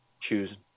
choose